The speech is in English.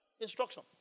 Instruction